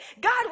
God